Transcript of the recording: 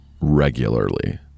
regularly